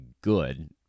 good